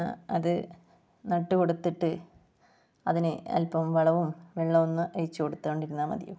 അത് നട്ടു കൊടുത്തിട്ട് അതിനെ അല്പം വളവും വെള്ളവും ഒന്ന് ഒഴിച്ചു കൊടുത്തു കൊണ്ടിരുന്നാൽ മതിയാവും